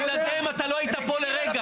בלעדיהם, לא היית פה לרגע.